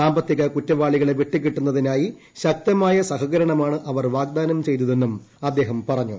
സാമ്പത്തിക്ട് കുറ്റവാളികളെ വിട്ടുകിട്ടുന്നതിനായി ശക്തമായ സഹകരണ്മാണ് അവർ വാഗ്ദാനം ചെയ്തതെന്നും അദ്ദേഹം പറഞ്ഞു